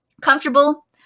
comfortable